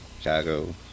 Chicago